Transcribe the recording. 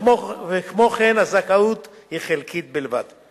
וכמו כן, הזכאות היא חלקית בלבד.